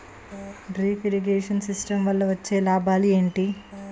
Drip irrigation system వల్ల వచ్చే లాభాలు ఏంటి?